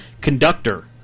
conductor